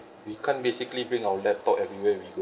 we can't basically bring our laptop everywhere we go